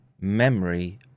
memory